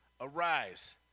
arise